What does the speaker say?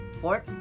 Fourth